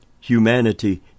Humanity